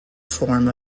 form